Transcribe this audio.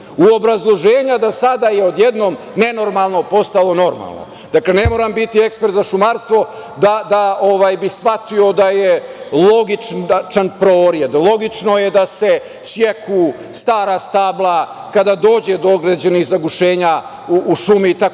u obrazloženja da sada je odjednom, nenormalno postalo normalno. Dakle, ne moram biti ekspert za šumarstvo da bih shvatio da je logičan prored, logično je da se seku stara stabla kada dođe do određenih zagušenja u šumi itd.